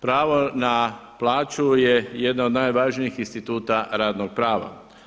Pravo na plaću je jedno od najvažnijih instituta radnog prava.